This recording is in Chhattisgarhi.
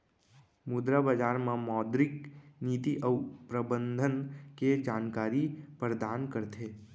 मुद्रा बजार ह मौद्रिक नीति अउ प्रबंधन के जानकारी परदान करथे